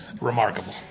Remarkable